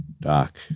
Doc